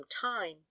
time